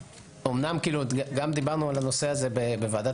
- אומנם דיברנו גם על הנושא הזה בוועדת